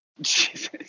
Jesus